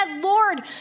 Lord